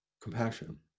Compassion